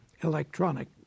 electronic